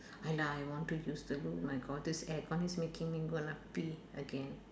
!aiya! I want to use the room my god this aircon is making me gonna pee again